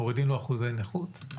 מורידים לו אחוזי נכות?